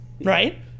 right